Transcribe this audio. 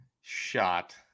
shot